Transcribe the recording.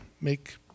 Make